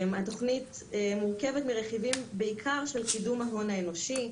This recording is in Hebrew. התוכנית מורכבת מרכיבים בעיקר של קידום ההון האנושי,